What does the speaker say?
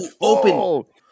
open